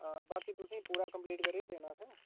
हां बाकी तुसें ई पूरा कंप्लीट करियै देना असें